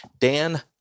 Dan